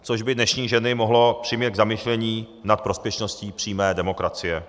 Což by dnešní ženy mohlo přimět k zamyšlení nad prospěšností přímé demokracie.